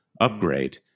upgrade